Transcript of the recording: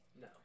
No